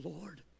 Lord